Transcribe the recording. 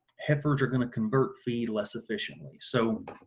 heifers are gonna convert feed less efficiently so